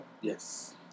Yes